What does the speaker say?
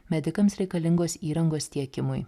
medikams reikalingos įrangos tiekimui